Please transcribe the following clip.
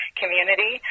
community